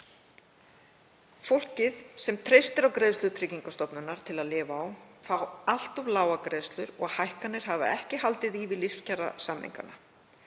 Fólkið sem treystir á greiðslur Tryggingastofnunar til að lifa á fær allt of lágar greiðslur og hækkanir hafa ekki haldið í við lífskjarasamninga.